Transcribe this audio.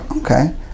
Okay